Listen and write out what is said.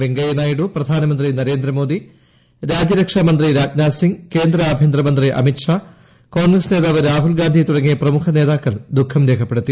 വെങ്കയ്യനായിഡു പ്രധാനമന്ത്രി നരേന്ദ്രമോദി രാജ്യരക്ഷാ മന്ത്രി രാജ്നാഥ് സിംഗ് കേന്ദ്ര ആഭ്യന്തരമന്ത്രി അമിത്ഷാ കോൺഗ്രസ് നേതാവ് രാഹുൽ ഗാന്ധി തുടങ്ങിയ പ്രമുഖ നേതാക്കൾ ദുഃഖം രേഖപ്പെടുത്തി